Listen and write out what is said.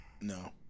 No